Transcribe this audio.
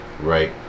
right